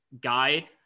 guy